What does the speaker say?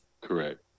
correct